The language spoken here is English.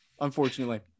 unfortunately